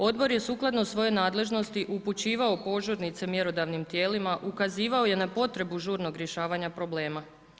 Odbor je sukladno svojoj nadležnosti upućivao požurnice mjerodavnim tijelima, ukazivao je na potrebu žurnog rješavanja problema.